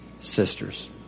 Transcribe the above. Sisters